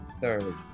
third